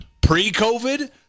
Pre-COVID